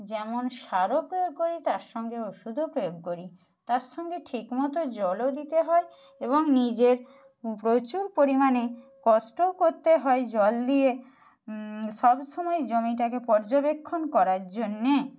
যেমন সারও প্রয়োগ করি তার সঙ্গে ওষুধও প্রয়োগ করি তার সঙ্গে ঠিকমতো জলও দিতে হয় এবং নিজের প্রচুর পরিমাণে কষ্টও করতে হয় জল দিয়ে সবসময় জমিটাকে পর্যবেক্ষণ করার জন্যে